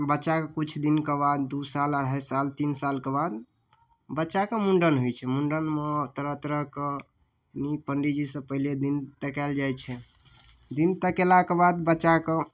बच्चाके किछु दिनका बाद दू साल अढ़ाइ साल तीन सालके बाद बच्चाके मुण्डन होइ छै बच्चाके मुण्डनमे तरह तरहके नीक पाण्डित जीसँ पहिले दिन तकायल जाइ छै दिन तकेलाके बाद बच्चाके